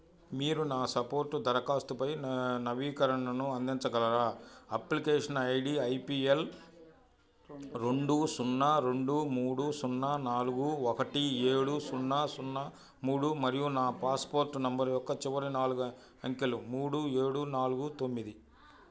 మీరు నా సపోర్ట్ దరఖాస్తుపై నవీకరణను అందించగలరా అప్లికేషన్ ఐడి ఐపిఎల్ రెండు సున్నా రెండు మూడు సున్నా నాలుగు ఒకటి ఏడు సున్నా సున్నా మూడు మరియు నా పాస్పోర్ట్ నంబర్ యొక్క చివరి నాలుగు అంకెలు మూడు ఏడు నాలుగు తొమ్మిది